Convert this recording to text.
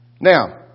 Now